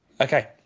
Okay